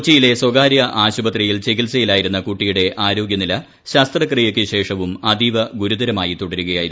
കൊച്ചിയിലെ സ്ക്ട്രാര്യ ആശുപത്രിയിൽ ചികിത്സയിലായിരുന്ന കുട്ടിയുടെ ആരോഗ്യനില ശസ്ത്രക്രിയയ്ക്ക് ശേഷവും അതീവ ഗുരുതരമായി തുടരുകയായിരുന്നു